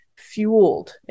fueled